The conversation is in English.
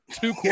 two